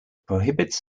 prohibits